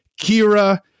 Kira